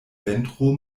ventro